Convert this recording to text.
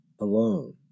alone